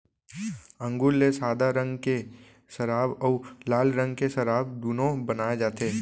अंगुर ले सादा रंग के सराब अउ लाल रंग के सराब दुनो बनाए जाथे